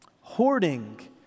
Hoarding